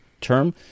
term